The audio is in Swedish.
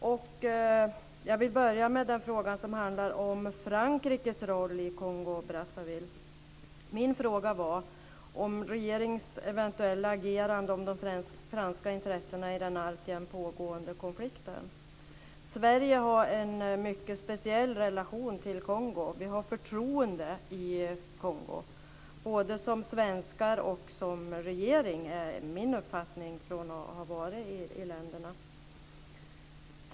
Jag vill börja med den fråga som handlar om Frankrikes roll i Kongo-Brazzaville. Min fråga gällde regeringens eventuella agerande med anledning av de franska intressena i den alltjämt pågående konflikten. Sverige har en mycket speciell relation till Kongo. Man har i Kongo förtroende för oss, både som svenskar och som regering. Det är min uppfattning efter att ha varit i länderna.